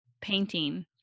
painting